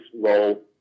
role